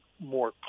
more